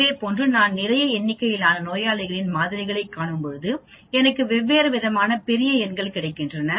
இதேபோன்று நான் நிறைய எண்ணிக்கையிலான நோயாளிகளின் மாதிரிகளை காணும்பொழுது எனக்கு வெவ்வேறு விதமான பெரிய எண்கள் கிடைக்கின்றன